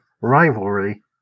rivalry